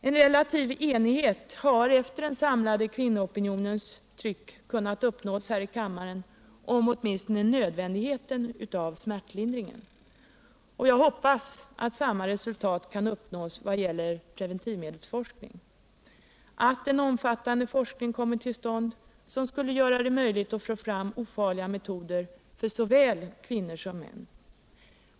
En relativ enighet har, efter den samlade kvinnoopionens tryck, kunnat uppnås här i kammaren om åtminstone nödvändigheten av smärtlindring. Jag hoppas att samma resultat kan uppnås vad gäller preventivmedelsforskningen, så att en omfattande forskning kommer till stånd som skulle göra det möjligt att få fram ofarliga metoder för såväl kvinnor som män.